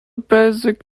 basic